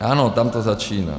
Ano, tam to začíná.